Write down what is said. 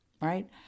right